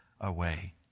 away